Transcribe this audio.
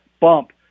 bump